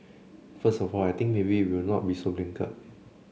first of all I think maybe we will not be so blinkered